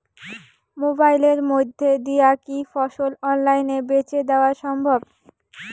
মোবাইলের মইধ্যে দিয়া কি ফসল অনলাইনে বেঁচে দেওয়া সম্ভব?